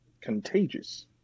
contagious